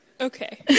Okay